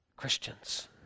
Christians